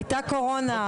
הייתה קורונה.